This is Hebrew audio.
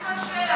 זה עם סימן שאלה.